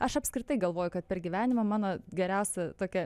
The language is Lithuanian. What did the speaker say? aš apskritai galvoju kad per gyvenimą mano geriausia tokia